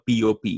POP